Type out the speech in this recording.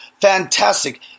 fantastic